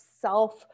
self